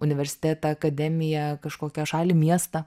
universitetą akademiją kažkokią šalį miestą